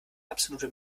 absolute